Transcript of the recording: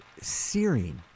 searing